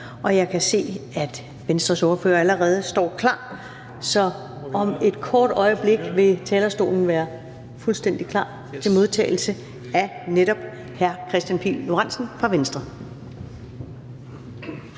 Og jeg kan se, at Venstres ordfører allerede står klar, og om et kort øjeblik vil talerstolen være fuldstændig klar til modtagelse af netop hr. Kristian Pihl Lorentzen fra Venstre.